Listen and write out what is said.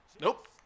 Nope